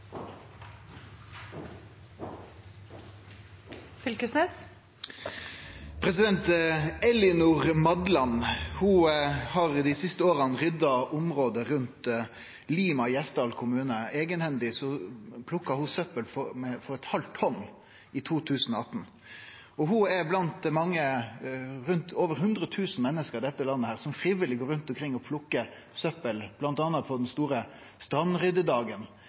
Madland har i dei siste åra rydda området rundt Lima i Gjesdal kommune. Eigenhendig plukka ho eit halvt tonn søppel i 2018. Ho er blant over 100 000 menneske i dette landet som frivillig går rundt omkring og plukkar søppel, bl.a. på den store strandryddedagen,